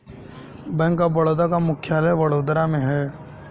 bank of Baroda का मुख्यालय वडोदरा में है